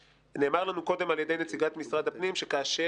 נאמר לנו קודם על ידי נציגת משרד הפנים שכאשר